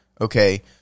Okay